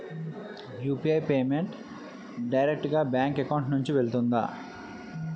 UPI payment direct గా bank account నుంచి వెళ్తుందా?